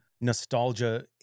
Nostalgia